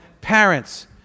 parents